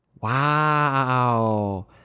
Wow